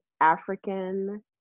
African